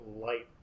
light